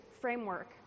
framework